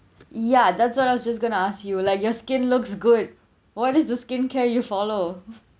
ya that's what I was just going to ask you like your skin looks good what is the skincare you follow